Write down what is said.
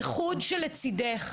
הייחוד של "לצידך",